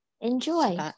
Enjoy